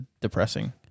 depressing